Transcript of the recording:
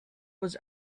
was